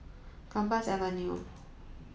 Gambas Avenue